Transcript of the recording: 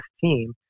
team